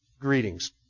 Greetings